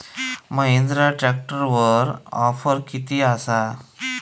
महिंद्रा ट्रॅकटरवर ऑफर किती आसा?